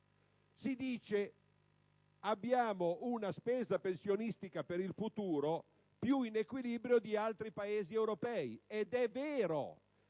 Si dice che abbiamo una spesa pensionistica per il futuro più in equilibrio di altri Paesi europei, ed è vero.